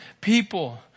people